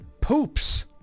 poops